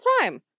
time